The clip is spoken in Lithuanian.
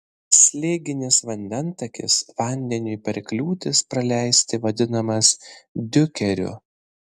slėginis vandentakis vandeniui per kliūtis praleisti vadinamas diukeriu